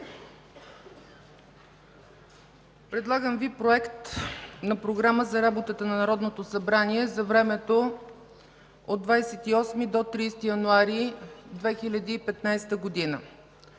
Предлагам Ви Проект на програма за работата на Народното събрание за времето от 28 до 30 януари 2015 г.: 1.